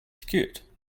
secured